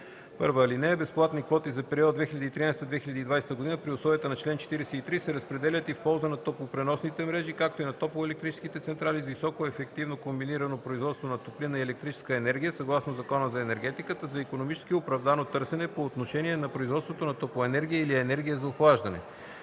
така: „(1) Безплатни квоти за периода 2013-2020 г. при условията на чл. 43 се разпределят и в полза на топлопреносните мрежи, както и на топлоелектрическите централи с високоефективно комбинирано производство на топлинна и електрическа енергия съгласно Закона за енергетиката за икономически оправдано търсене, по отношение на производството на топлоенергия или енергия за охлаждане.